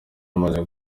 imaze